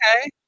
okay